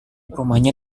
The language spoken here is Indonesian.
rumahnya